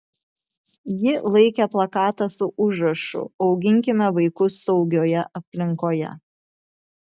ji laikė plakatą su užrašu auginkime vaikus saugioje aplinkoje